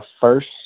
first